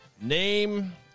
Name